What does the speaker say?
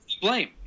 blame